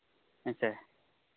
ᱦᱮᱸ ᱪᱮ